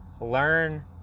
learn